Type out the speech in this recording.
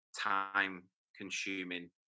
time-consuming